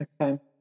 Okay